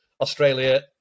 Australia